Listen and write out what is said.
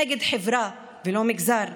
נגד חברה ולא מגזר,